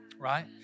right